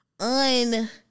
un